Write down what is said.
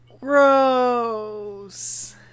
Gross